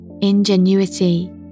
ingenuity